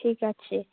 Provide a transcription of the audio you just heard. ঠিক আছে